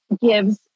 gives